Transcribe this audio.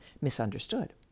misunderstood